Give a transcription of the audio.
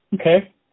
Okay